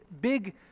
big